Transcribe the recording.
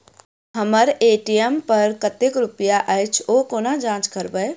हम्मर ए.टी.एम पर कतेक रुपया अछि, ओ कोना जाँच करबै?